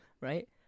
Right